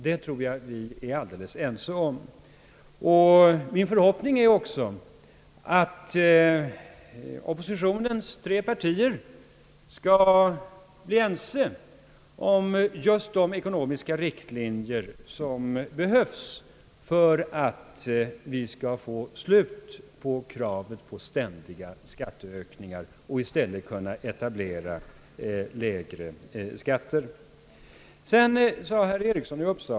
Det är idel självklarheter som herr Eriksson tar upp.